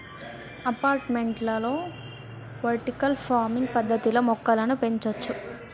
అపార్టుమెంట్లలో vertical farming పద్దతిలో మొక్కలను పెంచొచ్చు